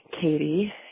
Katie